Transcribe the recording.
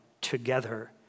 together